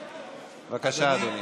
בבקשה, אדוני.